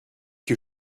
que